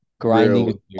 grinding